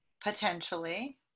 potentially